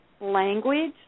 language